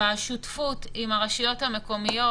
השותפות עם הרשויות המקומיות,